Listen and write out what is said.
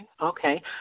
Okay